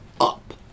up